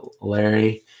Larry